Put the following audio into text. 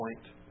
point